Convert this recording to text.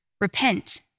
Repent